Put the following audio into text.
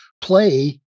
play